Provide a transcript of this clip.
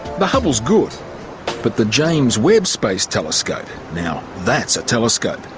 the hubble is good but the james webb space telescope, now, that's a telescope!